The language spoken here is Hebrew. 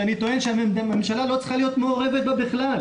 שאני טוען שהממשלה לא צריכה להיות מעורבת בה בכלל.